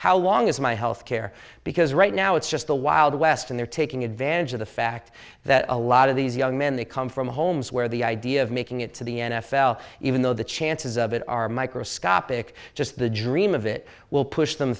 how long is my health care because right now it's just the wild west and they're taking advantage of the fact that a lot of these young men they come from homes where the idea of making it to the n f l even though the chances of it are microscopic just the dream of it will push them